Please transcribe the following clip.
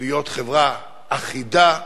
להיות חברה אחידה והומוגנית,